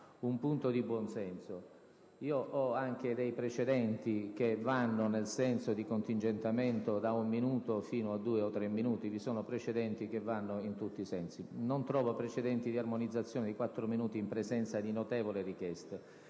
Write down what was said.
un punto di buon senso. Io ho anche dei precedenti che vanno nel senso del contingentamento da un minuto fino a due o tre minuti. Vi sono precedenti che vanno in tutti i sensi; non trovo precedenti di armonizzazione con interventi di quattro minuti in presenza di notevoli richieste.